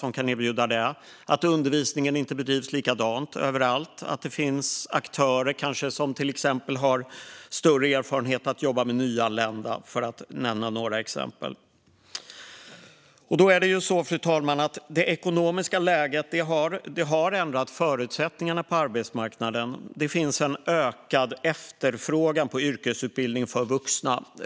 Det kan också handla om att undervisningen inte bedrivs likadant överallt eller att det finns aktörer som har större erfarenhet av att jobba med nyanlända. Fru talman! Det ekonomiska läget har ändrat förutsättningarna på arbetsmarknaden. Det finns en ökad efterfrågan på yrkesutbildning för vuxna.